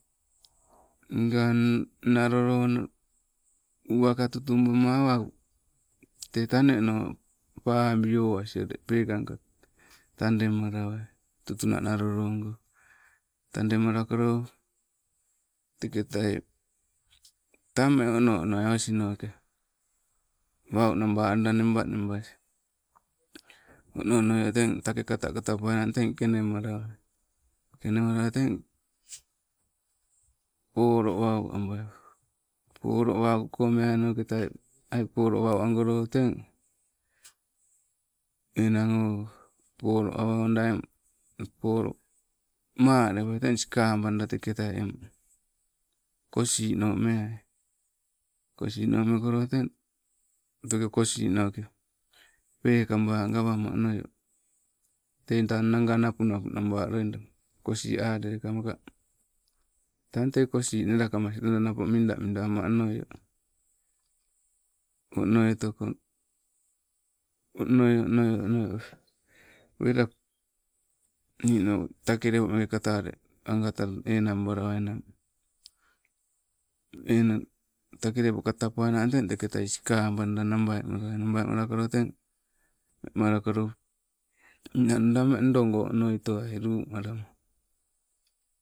Ngang nalo loo uwaka tutubama awa, te taneno, pabi owas ule peekangka tande malawai, tutuna nalo loo go, tandemalakolo, teketai tang mmeng ono onoi osinoke, wau naba loida neba nebas. Ono onoio teng, take kata kata poainang teng kenemalawai, kenemalala teng, polo wau abai, polo wauko meainoketa ai polo wau agolo teng, enang o, polo awa owanta, polo malepoi tang sikabanta, kosiino meai. Kosiino meloko teng, teke kosinauke peekaba gawama onoio, te tang naaga napunapu naba loida kosii aleleke, maka tang tee kosii nelakamas midamida amma onoio. Wela niinau take lepo meeke kata, agata enanbalawainang, enang take lepo kata poainang teng teketai sikabanda nambai malawai, nambai malakolo teng wemalakolo ninang anda ndoo onoi towai luu malama